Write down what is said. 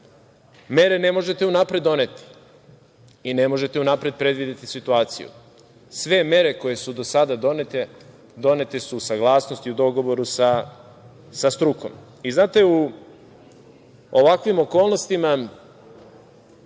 Mere ne možete unapred doneti i ne možete unapred predvideti situaciju. Sve mere koje su do sada donete, donete su uz saglasnost i u dogovoru sa strukom. U ovakvim okolnostima,